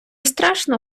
страшно